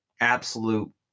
absolute